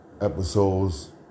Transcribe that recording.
episodes